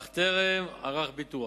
אך טרם ערך ביטוח.